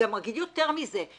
אגיד יותר מזה,